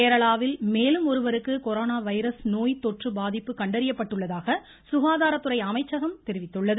கேரளாவில் மேலும் ஒருவருக்கு கொரோனா வைரஸ் நோய் தொற்று பாதிப்பு கண்டறியப்பட்டுள்ளதாக சுகாதார அமைச்சகம் தெரிவித்துள்ளது